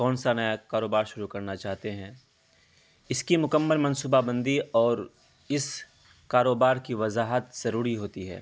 کون سا نیا کاروبار شروع کرنا چاہتے ہیں اس کی مکمل منصوبہ بندی اور اس کاروبار کی وضاحت ضروری ہوتی ہے